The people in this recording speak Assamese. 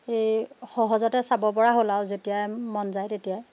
এই সহজতে চাব পৰা হ'ল আৰু যেতিয়াই মন যায় তেতিয়াই